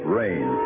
rain